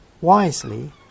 wisely